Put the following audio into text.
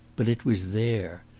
but it was there,